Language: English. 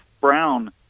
Brown